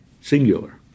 singular